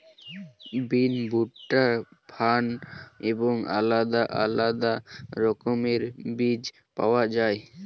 বিন, ভুট্টা, ফার্ন এবং আলাদা আলাদা রকমের বীজ পাওয়া যায়